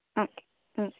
okay ആ